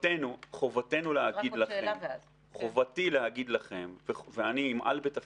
חובתי להגיד לכם, ואני אמעל בתפקידי,